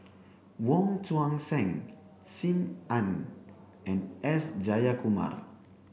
Wong Tuang Seng Sim Ann and S Jayakumar